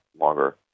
longer